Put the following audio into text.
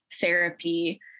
therapy